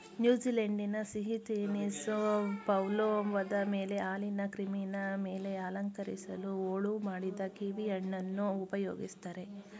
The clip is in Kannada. ನ್ಯೂಜಿಲೆಂಡಿನ ಸಿಹಿ ತಿನಿಸು ಪವ್ಲೋವದ ಮೇಲೆ ಹಾಲಿನ ಕ್ರೀಮಿನ ಮೇಲೆ ಅಲಂಕರಿಸಲು ಹೋಳು ಮಾಡಿದ ಕೀವಿಹಣ್ಣನ್ನು ಉಪಯೋಗಿಸ್ತಾರೆ